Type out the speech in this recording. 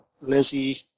Lizzie